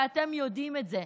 ואתם יודעים את זה.